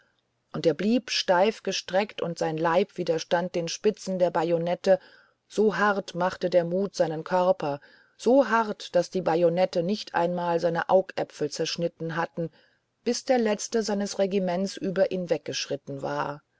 und er blieb steif gestreckt und sein leib widerstand den spitzen der bajonette so hart machte der mut seinen körper so hart daß die bajonette nicht einmal seine augäpfel zerschnitten hatten bis der letzte seines regiments über ihn weggeschritten war